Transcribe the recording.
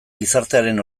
gizartearen